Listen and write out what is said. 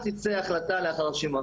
אז תצא החלטה לאחר שימוע.